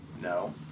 No